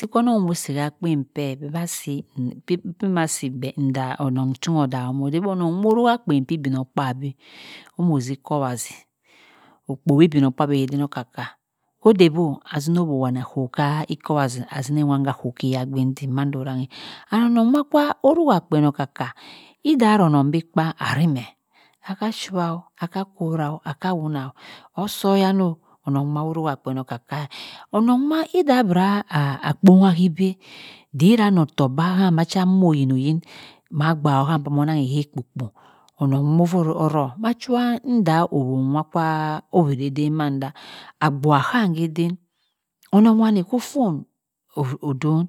Oteh kwonong omoh si ah akpien kper beh ma si onong kwa moh dahum ode oroong aruah kpien kpa igbmokpabi ozi kwowazy okpowi igbmokpabi oka ka odey boh azini owoh wani azi kha ikowazy zini owuwan akoh, kiyan mando ranghe and onong ma kwa oruah kpien okar kpien okar ka idah aronong bi kpa arimeh, aka shuao aka korah o aka wuna o osoyana onong duma oruhi akpien oka ka eh onong duma idah abirah ah kpongha ibe de na otok kahame macha moh omoh yinoyin mah abua oham moh ha kpe kpo onong ovoh oruh machua nda owon makwa owire eden mandah abua han eden, onong wani kofun odun